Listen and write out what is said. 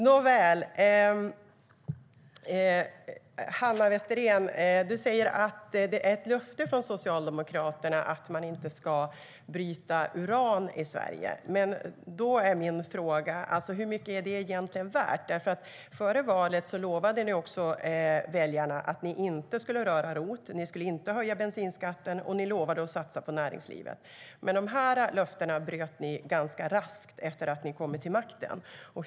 Nåväl, Hanna Westerén säger att det är ett löfte från Socialdemokraterna att man inte ska bryta uran i Sverige. Då är min fråga: Hur mycket är det egentligen värt? Före valet lovade ni väljarna att ni inte skulle röra ROT, ni skulle inte höja bensinskatten och ni lovade att satsa på näringslivet. Men dessa löften bröt ni ganska raskt efter att ni kom till makten.